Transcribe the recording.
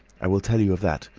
i will tell you of that!